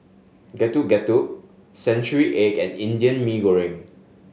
Getuk Getuk century egg and Indian Mee Goreng